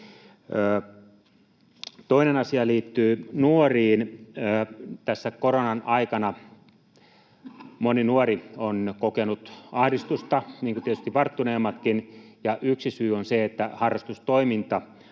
Toinen asia liittyy nuoriin. Tässä koronan aikana moni nuori on kokenut ahdistusta niin kuin tietysti varttuneemmatkin, ja yksi syy on se, että harrastustoiminta